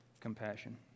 compassion